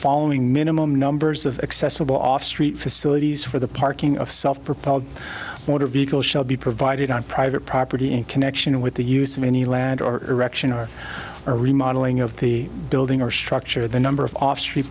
following minimum numbers of accessible off street facilities for the parking of self propelled motor vehicle shall be provided on private property in connection with the use of any land or erection or or remodelling of the building or structure the number of